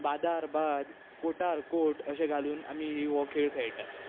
बादार बाद कोटार कोट अशें घालून आमी ही हो खेळ खेळटात